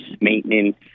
maintenance